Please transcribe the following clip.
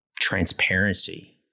transparency